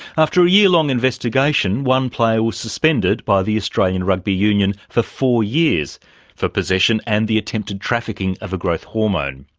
after a year-long investigation, one player was suspended by the australian rugby union for four years for possession and the attempted trafficking of a growth hormone.